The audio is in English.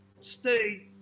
stay